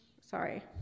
sorry